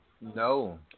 No